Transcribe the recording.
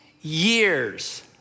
years